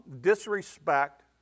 disrespect